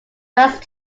first